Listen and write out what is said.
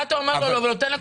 תכבדי.